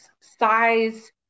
size